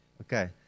okay